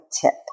tip